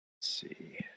see